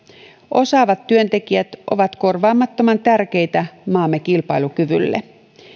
osaavat työntekijät ovat korvaamattoman tärkeitä maamme kilpailukyvylle